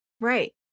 Right